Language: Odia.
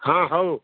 ହଁ ହଉ